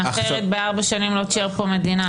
אחרת בארבע שנים לא תישאר פה מדינה,